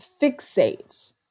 fixate